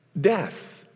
Death